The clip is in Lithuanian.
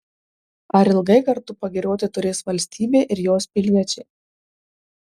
ar ilgai kartu pagirioti turės valstybė ir jos piliečiai